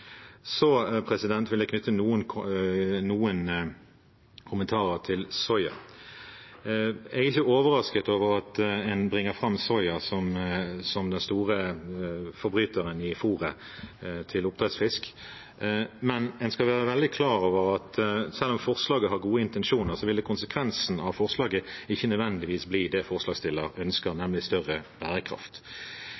Så vil jeg knytte noen kommentarer til soya. Jeg er ikke overrasket over at en bringer fram soya som den store forbryteren når det gjelder fôret til oppdrettsfisk, men en skal være veldig klar over at selv om forslaget har gode intensjoner, ville konsekvensen av forslaget ikke nødvendigvis bli det forslagsstillerne ønsker,